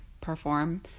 perform